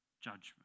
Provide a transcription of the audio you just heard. judgment